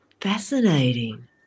Fascinating